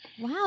Wow